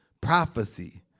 prophecy